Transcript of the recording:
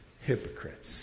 hypocrites